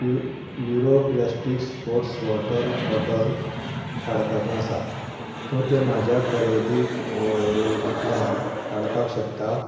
euro plastic sports water bottle काडपाचें आसा तो तें म्हाज्या खरेदी वळेरींतल्यान काडपाक शकता